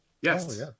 Yes